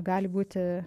gali būti